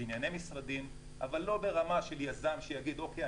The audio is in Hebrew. בנייני משרדים אבל לא ברמה של יזם שיגיד: אוקיי,